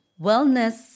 Wellness